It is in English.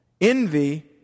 Envy